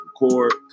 record